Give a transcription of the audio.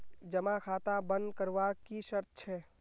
जमा खाता बन करवार की शर्त छे?